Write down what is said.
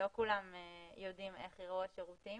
לא כולם יודעים איך ייראו השירותים